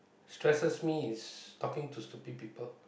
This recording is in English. stresses me is talking to stupid people